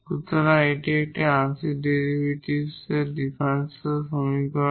সুতরাং এটি একটি আংশিক ডিফারেনশিয়াল সমীকরণ